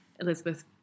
Elizabeth